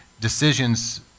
decisions